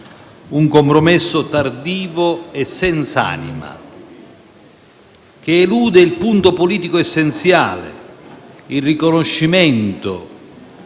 un compromesso tardivo e senz'anima, che elude il punto politico essenziale: il riconoscimento